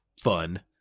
fun